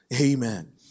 Amen